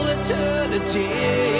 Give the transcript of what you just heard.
eternity